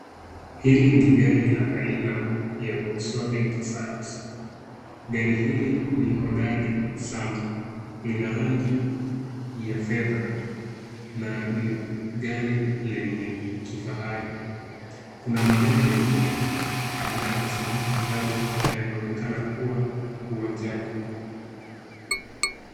Hili ni gari la aina ya Volkswagen pasat, gari hili ni hodari sana, lina rangi ya fedha na ni gari lenye kifahari. Kuna magari mengine ambayo yamesimamishwa kando na yanaonekana kuwa uwanjani.